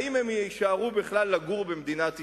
אם הם יישארו בכלל לגור במדינת ישראל.